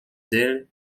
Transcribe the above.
d’elle